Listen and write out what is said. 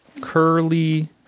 Curly